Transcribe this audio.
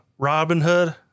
Robinhood